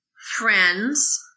friends